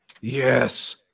Yes